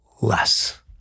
less